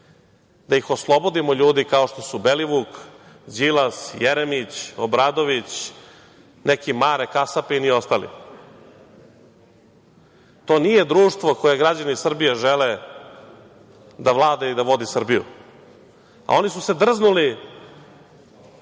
da ih oslobodimo ljudi kao što su Belivuk, Đilas, Jeremić, Obradović, neki Mare kasapin i ostali. To nije društvo koje građani Srbije žele da vlada i da vodi Srbiju, a oni su se drznuli